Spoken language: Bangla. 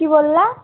কী বললো